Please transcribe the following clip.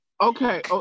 Okay